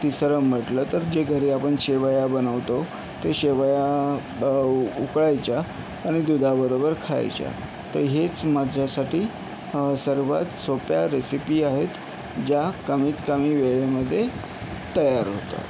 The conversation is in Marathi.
तिसरं म्हटलं तर जे घरी आपण शेवया बनवतो ते शेवया उ उकळायच्या आणि दुधाबरोबर खायच्या तर हेच माझ्यासाठी सर्वात सोप्या रेसिपी आहेत ज्या कमीत कमी वेळेमध्ये तयार होतात